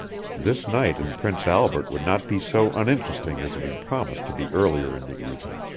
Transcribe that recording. this night in prince albert would not be so uninteresting as it had promised to be earlier in the evening.